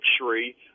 luxury